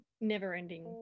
never-ending